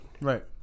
Right